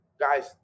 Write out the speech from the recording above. Guys